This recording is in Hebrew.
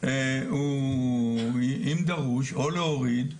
או להוריד,